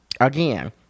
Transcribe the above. Again